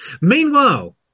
meanwhile